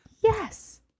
Yes